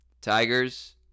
tigers